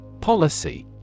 Policy